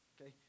Okay